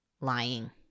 lying